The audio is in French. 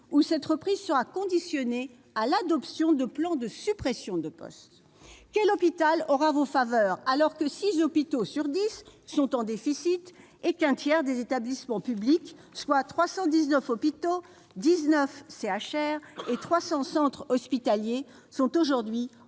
la reprise sera conditionnée à l'adoption de plans de suppressions de postes ? Quel hôpital aura vos faveurs, alors que six hôpitaux sur dix sont en déficit et qu'un tiers des établissements publics, soit 319 hôpitaux, 19 centres hospitaliers régionaux (CHR) et